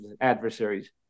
adversaries